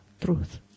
truth